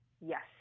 Yes